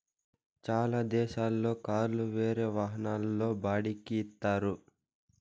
చాలా దేశాల్లో కార్లు వేరే వాహనాల్లో బాడిక్కి ఇత్తారు